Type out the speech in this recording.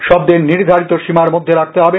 শব্দের নির্ধারিত সীমার মধ্যে রাখতে হবে